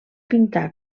pintar